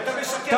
אתה משקר לציבור.